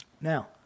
Now